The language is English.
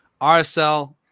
RSL